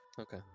Okay